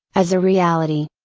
as a reality.